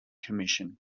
commission